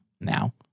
now